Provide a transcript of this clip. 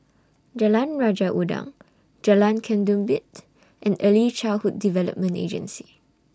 Jalan Raja Udang Jalan Ketumbit and Early Childhood Development Agency